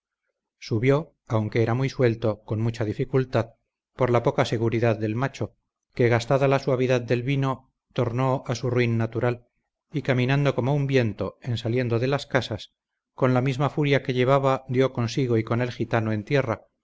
subió aunque era muy suelto con mucha dificultad por la poca seguridad del macho que gastada la suavidad del vino tornó a su ruin natural y caminando como un viento en saliendo de las casas con la misma furia que llevaba dió consigo y con el gitano en tierra